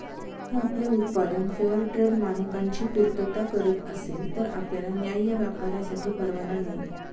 जर आपले उत्पादन फेअरट्रेड मानकांची पूर्तता करत असेल तर आपल्याला न्याय्य व्यापारासाठी परवाना मिळेल